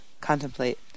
contemplate